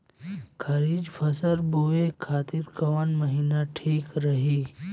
खरिफ फसल बोए खातिर कवन महीना ठीक रही?